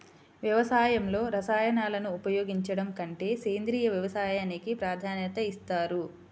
వ్యవసాయంలో రసాయనాలను ఉపయోగించడం కంటే సేంద్రియ వ్యవసాయానికి ప్రాధాన్యత ఇస్తారు